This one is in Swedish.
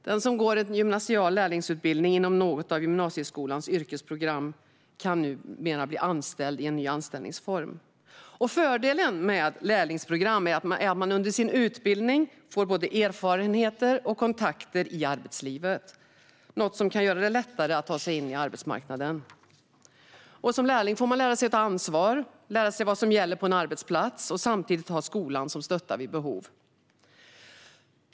Den som går en gymnasial lärlingsutbildning inom något av gymnasieskolans yrkesprogram kan numera bli anställd i en ny anställningsform. Fördelen med lärlingsprogram är att man under sin utbildning får erfarenheter och kontakter i arbetslivet, vilket kan göra det lättare att ta sig in på arbetsmarknaden. Som lärling får man lära sig att ta ansvar och lära sig vad som gäller på en arbetsplats, samtidigt som man har skolan som stöttar vid behov.